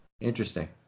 Interesting